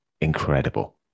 incredible